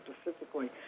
specifically